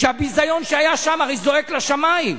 שהביזיון שהיה שם הרי זועק לשמים.